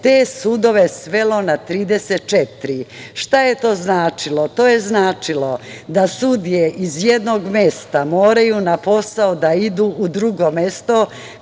te sudove svelo na 34. Šta je to značilo? To je značilo da sudije iz jednog mesta moraju na posao da idu u drugo mesto